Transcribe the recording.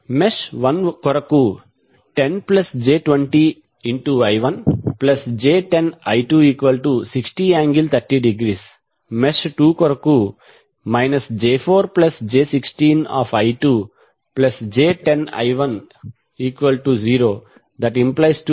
mesh 1 కొరకు 10j20I1j10I260∠30° mesh 2 కొరకు j4j16I2j10I10⇒I1 1